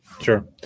Sure